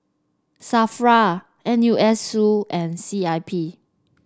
Safra N U S Su and C I P